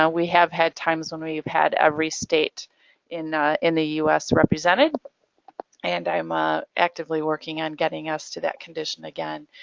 ah we have had times when we've had every state in ah in the us represented and i'm ah actively working on getting us to that condition again.